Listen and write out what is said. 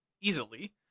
easily